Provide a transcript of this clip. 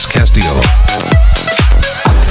Castillo